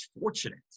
fortunate